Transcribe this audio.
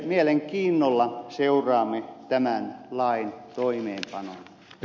mielenkiinnolla seuraamme tämän lain toimeenpanoa